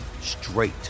straight